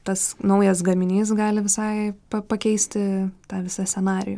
tas naujas gaminys gali visai pa pakeisti tą visą scenarijų